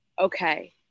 okay